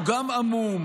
הוא גם עמום,